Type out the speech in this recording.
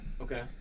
Okay